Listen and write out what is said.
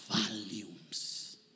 volumes